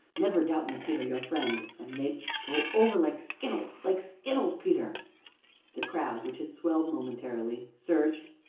never doubt me, peter your friend an' they'd go over like skittles like skittles, peter the crowd, which had swelled momentarily, surged,